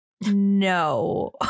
no